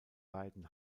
beiden